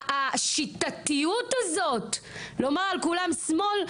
השיטתיות הזאת לומר על כולם שמאל,